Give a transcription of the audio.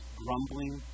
grumbling